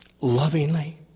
lovingly